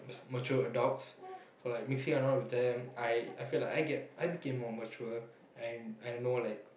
mature adults so like mixing around with them I I feel like I get I became more mature and I know like